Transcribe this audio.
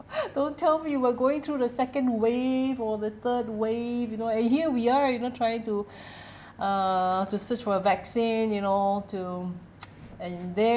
don't tell me we're going through the second wave or the third wave you know and here we are you know trying to uh to search for a vaccine you know to and there